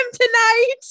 tonight